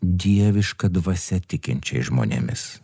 dieviška dvasia tikinčiais žmonėmis